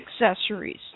accessories